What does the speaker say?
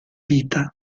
vita